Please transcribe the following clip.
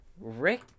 Rick